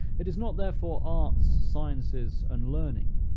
it is not therefore arts, sciences, and learning,